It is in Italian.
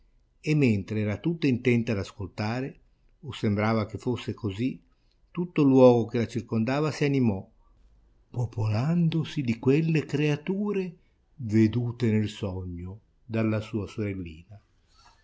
e mentre era tutta intenta ad ascoltare o sembrava che fosse così tutto il luogo che la circondava si animò popolandosi di quelle creature vedute nel sogno dalla sua sorellina